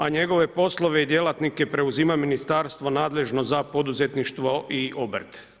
A njegove poslove i djelatnike preuzima Ministarstvo nadležno za poduzetništvo i obrt.